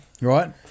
right